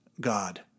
God